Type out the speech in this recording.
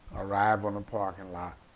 arrive on the parking lot,